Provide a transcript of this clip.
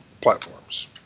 platforms